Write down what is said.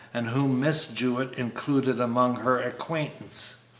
and whom miss jewett included among her acquaintance.